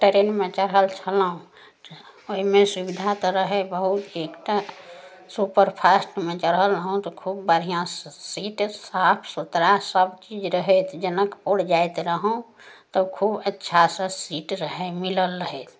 ट्रेनमे चढ़ल छलहुॅं ओहिमे सुविधा तऽ रहै बहुत चीजके तैँ सुपरफास्टमे चढ़ल रहौँ तऽ खूब बढ़िऑं से सीट साफ सुथरा सभ चीज रहै जनकपुर जाइत रहौँ तऽ खुब अच्छा से सीट रहै मिलल रहै